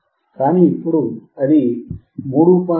కానీ ఇప్పుడు అది 3